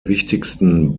wichtigsten